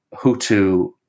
Hutu